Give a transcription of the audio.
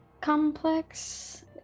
complex